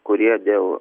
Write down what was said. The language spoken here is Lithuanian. kurie dėl